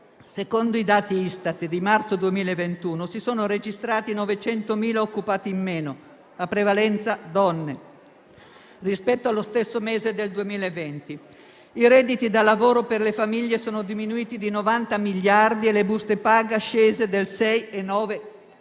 Secondo i dati Istat di marzo 2021, si sono registrati 900.000 occupati in meno, a prevalenza donne, rispetto allo stesso mese del 2020. I redditi da lavoro per le famiglie sono diminuiti di 90 miliardi di euro e le buste paga scese del 6,9